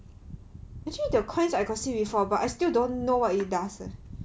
actually the coins I got see before but I still don't know what it does leh